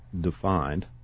defined